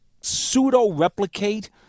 pseudo-replicate